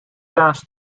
kaas